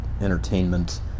entertainment